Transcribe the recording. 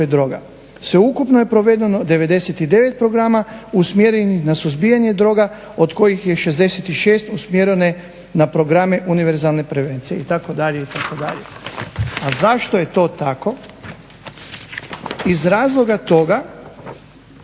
droga. Sveukupno je provedeno 99 programa usmjerenih na suzbijanje droga od kojih je 66 usmjereno na programe univerzalne prevencije itd., itd. A zašto je to tako? Iz razloga toga